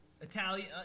Italian